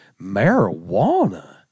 marijuana